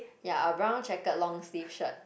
ya a brown checkered long sleeve shirt